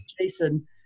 Jason